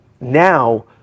now